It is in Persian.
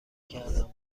کردم